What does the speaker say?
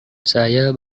saya